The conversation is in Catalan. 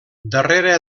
darrera